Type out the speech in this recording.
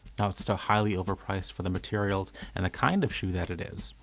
it's still highly overpriced for the materials and the kind of shoe that it is,